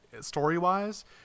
story-wise